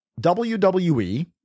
WWE